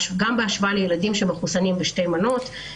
גם בהשוואה לילדים שמחוסנים בשתי מנות.